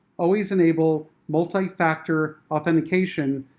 always enable multi-factor authentication.